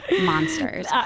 monsters